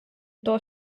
того